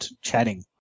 chatting